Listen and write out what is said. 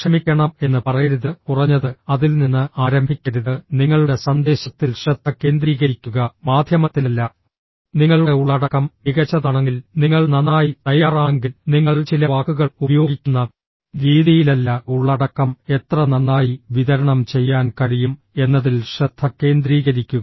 ക്ഷമിക്കണം എന്ന് പറയരുത് കുറഞ്ഞത് അതിൽ നിന്ന് ആരംഭിക്കരുത് നിങ്ങളുടെ സന്ദേശത്തിൽ ശ്രദ്ധ കേന്ദ്രീകരിക്കുക മാധ്യമത്തിലല്ല നിങ്ങളുടെ ഉള്ളടക്കം മികച്ചതാണെങ്കിൽ നിങ്ങൾ നന്നായി തയ്യാറാണെങ്കിൽ നിങ്ങൾ ചില വാക്കുകൾ ഉപയോഗിക്കുന്ന രീതിയിലല്ല ഉള്ളടക്കം എത്ര നന്നായി വിതരണം ചെയ്യാൻ കഴിയും എന്നതിൽ ശ്രദ്ധ കേന്ദ്രീകരിക്കുക